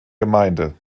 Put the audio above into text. gemeinde